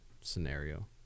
scenario